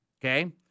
okay